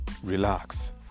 Relax